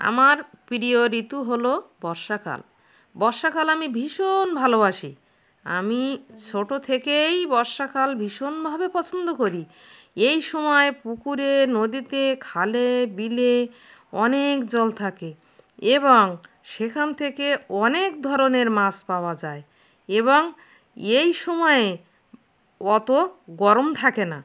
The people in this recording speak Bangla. আমার প্রিয় ঋতু হল বর্ষাকাল বর্ষাকাল আমি ভীষণ ভালোবাসি আমি ছোট থেকেই বর্ষাকাল ভীষণভাবে পছন্দ করি এই সময় পুকুরে নদীতে খালে বিলে অনেক জল থাকে এবং সেখান থেকে অনেক ধরনের মাছ পাওয়া যায় এবং এই সময়ে অত গরম থাকে না